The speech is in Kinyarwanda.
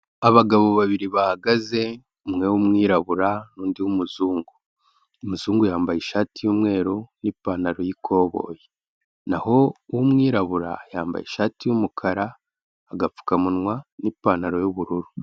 Abagabo babiri bahagaze umwe w'umwirabura n'undi w'umuzungu, umuzungu yambaye ishati y'umweru n'ipantaro y'ikoboye, naho umwirabura yambaye ishati y'umukara, agapfukamunwa n'ipantaro y'ubururu.